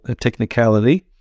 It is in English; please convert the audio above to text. technicality